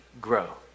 grow